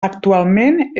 actualment